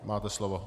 Máte slovo.